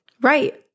Right